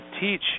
teach